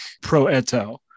pro-Eto